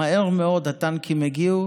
מהר מאוד הטנקים הגיעו